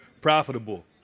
profitable